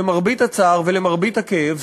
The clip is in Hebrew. למרבה הצער ולמרבה הכאב,